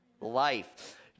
life